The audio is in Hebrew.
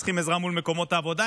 הם צריכים עזרה מול מקומות העבודה,